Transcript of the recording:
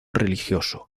religioso